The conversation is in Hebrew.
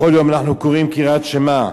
בכל יום אנחנו קוראים קריאת שמע.